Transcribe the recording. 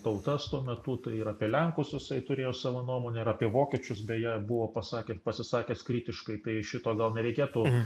tautas tuo metu tai ir apie lenkus jisai turėjo savo nuomonę ir apie vokiečius beje buvo pasakė pasisakęs kritiškai tai šito gal nereikėtų